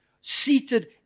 Seated